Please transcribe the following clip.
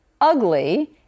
ugly